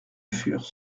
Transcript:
furent